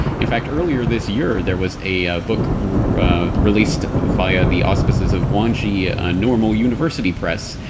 in fact, earlier this year there was a book released via the auspices of guangxi normal university press,